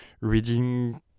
reading